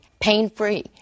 pain-free